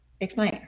explain